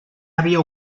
havia